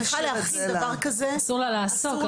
בסדר, אסור לה לעסוק.